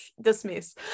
Dismiss